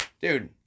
dude